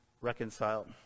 reconciled